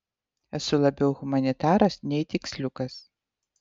esu labiau humanitaras nei tiksliukas